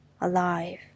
alive